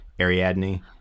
Ariadne